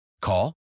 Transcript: Call